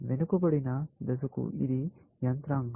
వెనుకబడిన దశకు ఇది యంత్రాంగం